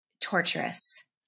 torturous